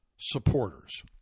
supporters